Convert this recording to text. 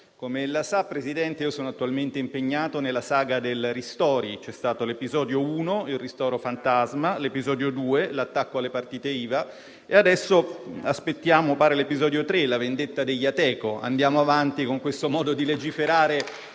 Come ella sa, signor Presidente, sono attualmente impegnato nella saga del decreto ristori. C'è stato l'episodio 1 «Il ristoro fantasma», l'episodio 2 «L'attacco alle partite IVA» e adesso aspettiamo, pare, l'episodio 3 «La vendetta degli Ateco». Andiamo avanti con questo modo di legiferare